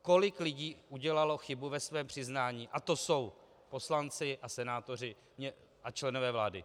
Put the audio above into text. Kolik lidí udělalo chybu ve svém přiznání a to jsou poslanci a senátoři a členové vlády.